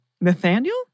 Nathaniel